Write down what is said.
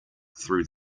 through